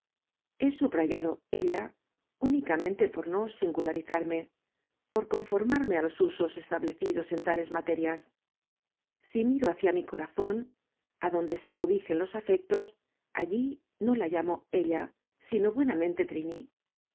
he subrayado ella únicamente por no singularizarme por conformarme á los usos establecidos en tales materias si miro hacia mi corazón ó adonde se cobijen los afectos allí no la llamo ella sino buenamente trini